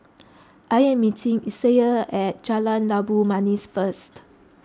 I am meeting Isaiah at Jalan Labu Manis first